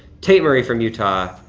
tate murray from utah,